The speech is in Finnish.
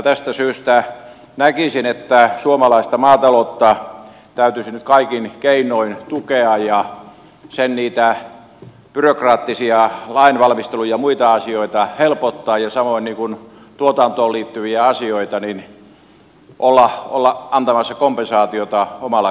tästä syystä näkisin että suomalaista maataloutta täytyisi nyt kaikin keinoin tukea sen byrokraattisia lainvalmistelu ja muita asioita helpottaa ja samoin tuotantoon liittyvissä asioissa olla antamassa kompensaatiota omalla kansallisuudellaan